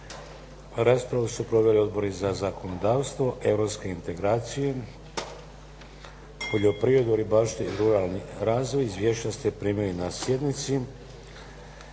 Raspravu su proveli Odbori za zakonodavstvo, europske integracije, poljoprivredu, ribarstvo i ruralni razvoj. Izvješća ste primili na sjednici.